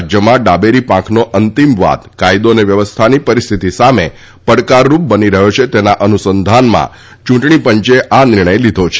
રાજ્યમાં ડાબેરી પાખનો અંતિમવાદ કાયદો અને વ્યવસ્થાની પરિસ્થિતિ સામે પડકારરૂપ બની રહ્યો છે તેના અનુસંધાનમાં ચૂંટણીપંચે આ નિર્ણય લીધો છે